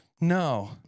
No